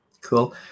cool